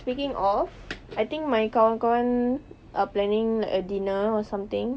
speaking of I think my kawan-kawan are planning like a dinner or something